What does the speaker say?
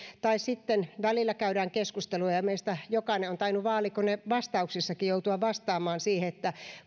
välillä käydään keskustelua siitä ja meistä jokainen on tainnut vaalikonekysymyksissäkin joutua vastaamaan siihen että